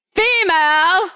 female